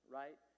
right